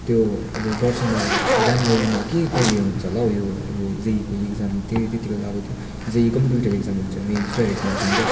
त्यो अब वर्षमा जनवरीमा कि कहिले हुन्छ होला हौ यो जेइइको एक्जाम तै त्यति बेला अब त्यो जेइइको दुइवटा एक्जाम हुन्छ मेन्स र एडभान्स हुन्छ